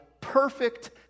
perfect